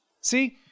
See